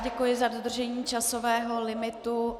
Děkuji za dodržení časového limitu.